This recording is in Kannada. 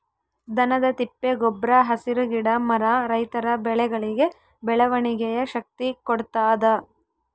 ದನದ ತಿಪ್ಪೆ ಗೊಬ್ರ ಹಸಿರು ಗಿಡ ಮರ ರೈತರ ಬೆಳೆಗಳಿಗೆ ಬೆಳವಣಿಗೆಯ ಶಕ್ತಿ ಕೊಡ್ತಾದ